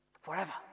forever